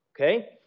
Okay